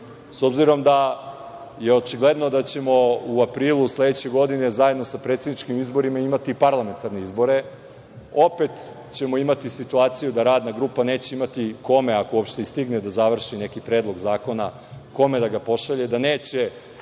obzirom da je očigledno da ćemo u aprilu sledeće godine, zajedno sa predsedničkim izborima, imati parlamentarne izbore, opet ćemo imati situaciju da Radna grupa neće imati kome, ako uopšte stigne da završi neki predlog zakona, kome da ga pošalje, da neće